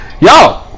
Yo